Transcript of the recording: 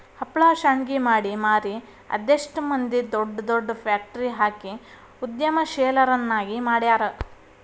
ಹಪ್ಳಾ ಶಾಂಡ್ಗಿ ಮಾಡಿ ಮಾರಿ ಅದೆಷ್ಟ್ ಮಂದಿ ದೊಡ್ ದೊಡ್ ಫ್ಯಾಕ್ಟ್ರಿ ಹಾಕಿ ಉದ್ಯಮಶೇಲರನ್ನಾಗಿ ಮಾಡ್ಯಾರ